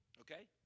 Okay